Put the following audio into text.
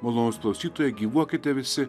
malonūs klausytojai gyvuokite visi